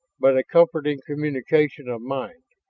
but a comforting communication of mind,